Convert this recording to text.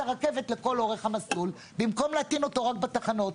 הרכבת לכול אורך המסלול במקום להטעין אותה רק בתחנות.